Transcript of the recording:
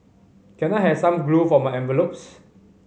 can I have some glue for my envelopes